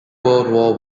world